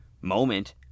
moment